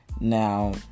now